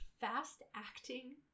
fast-acting